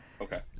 Okay